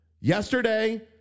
yesterday